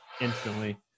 instantly